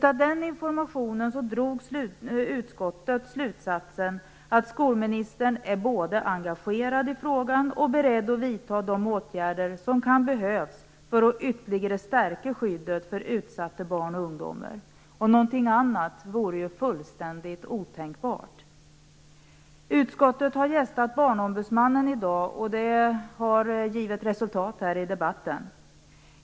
Av den informationen drog utskottet slutsatsen att skolministern är engagerad i frågan och att hon är beredd att vidta de åtgärder som kan behövas för att ytterligare stärka skyddet för utsatta barn och ungdomar. Något annat vore ju fullständigt otänkbart. Utskottet har i dag gästat Barnombudsmannen och det har gett resultat här i debatten.